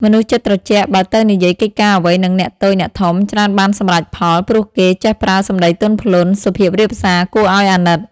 មនុស្សចិត្តត្រជាក់ បើទៅនិយាយកិច្ចការអ្វីនឹងអ្នកតូច អ្នកធំ ច្រើនបានសម្រេចផល ព្រោះគេ ចេះប្រើសម្ដីទន់ភ្លន់ សុភាពរាបសារគួរឲ្យអាណិត ។